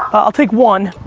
i'll take one.